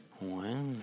Wow